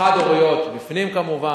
החד-הוריות בפנים כמובן.